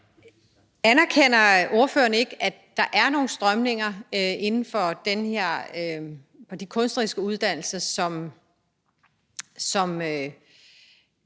Anerkender ordføreren ikke, at der er nogle strømninger inden for de kunstneriske uddannelser, som